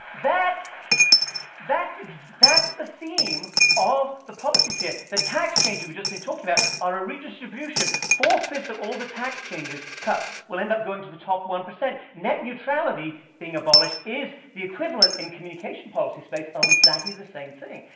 that that's that's the theme of the policies here. the tax changes we've just been talking about are a redistribution. four-fifths of all the tax changes cuts will end up going to the top one percent. net neutrality being abolished is the equivalent in communication policy space of exactly the same thing.